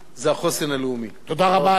תודה רבה לחבר הכנסת עתניאל שנלר.